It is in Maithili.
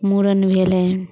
मूड़न भेलनि